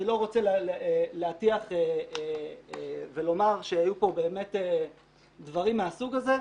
אני לא רוצה להטיח ולומר שהיו פה באמת דברים מהסוג הזה,